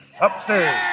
Upstairs